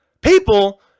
People